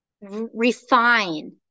refine